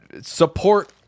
support